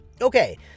okay